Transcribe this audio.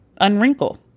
unwrinkle